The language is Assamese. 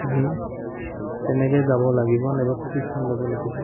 আমি তেনেকৈ যাব লাগিব নাইবা প্ৰশিক্ষণ ল'ব লাগিব